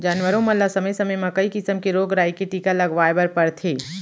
जानवरों मन ल समे समे म कई किसम के रोग राई के टीका लगवाए बर परथे